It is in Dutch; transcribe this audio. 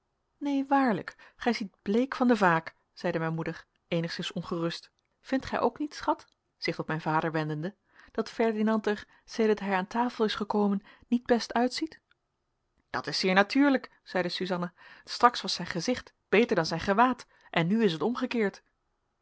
neen waarlijk gij ziet bleek van de vaak zeide mijn moeder eenigszins ongerust vindt gij ook niet schat zich tot mijn vader wendende dat ferdinand er sedert hij aan tafel is gekomen niet best uitziet dat is zeer natuurlijk zeide suzanna straks was zijn gezicht beter dan zijn gewaad en nu is het omgekeerd